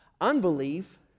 unbelief